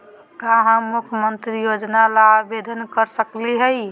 का हम मुख्यमंत्री योजना ला आवेदन कर सकली हई?